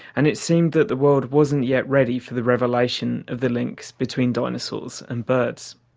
and it seems the the world wasn't yet ready for the revelation of the link between dinosaurs and birds.